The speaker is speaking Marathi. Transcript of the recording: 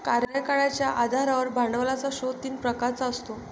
कार्यकाळाच्या आधारावर भांडवलाचा स्रोत तीन प्रकारचा असतो